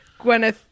gwyneth